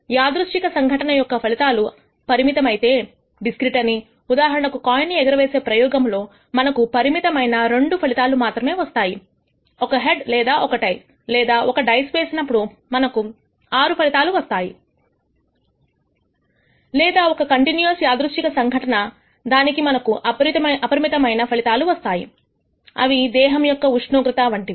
అనిర్దిష్ట సంఘటన యొక్క ఫలితాలు పరిమితమైతే డిస్క్రీట్ అని ఉదాహరణకు కాయిన్ ను ఎగరవేసే ప్రయోగంలో మనకు పరిమితమైన రెండు ఫలితాలు మాత్రమే వస్తాయి ఒక హెడ్ లేదా ఒక టెయిల్ లేదా ఒక డైస్ వేసినప్పుడు మనకు 6 ఫలితాలు వస్తాయి లేదా అది ఒక కంటిన్యూయస్ అనిర్దిష్ట సంఘటన దానికి మనకు అపరిమితమైన ఫలితాలు వస్తాయి అవి దేహం యొక్క ఉష్ణోగ్రత వంటివి